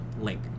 link